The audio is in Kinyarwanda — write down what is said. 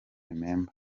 remember